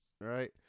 right